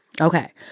Okay